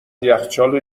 یخچال